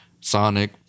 Sonic